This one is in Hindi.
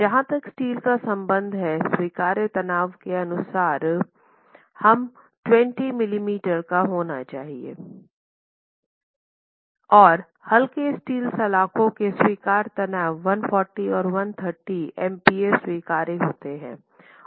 जहां तक स्टील का संबंध है स्वीकार्य तनाव के अनुसार हम बार पर बार डाइमेटेर की बात कर रहे हैं यह 20 मिलीमीटर का होना चाहिए और हल्के स्टील सलाख़ों के स्वीकार्य तनाव 140 और 130 एमपीए स्वीकार्य होता है